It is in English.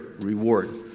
reward